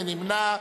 מי נמנע?